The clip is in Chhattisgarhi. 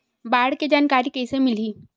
बाढ़ के जानकारी कइसे मिलही?